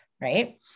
right